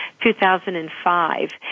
2005